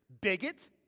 Bigot